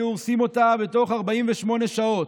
היו הורסים אותה בתוך 48 שעות.